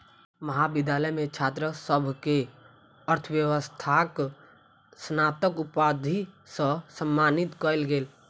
महाविद्यालय मे छात्र सभ के अर्थव्यवस्थाक स्नातक उपाधि सॅ सम्मानित कयल गेल